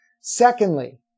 Secondly